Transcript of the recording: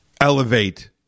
elevate